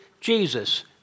Jesus